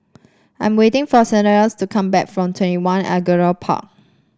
I am waiting for Cletus to come back from TwentyOne Angullia Park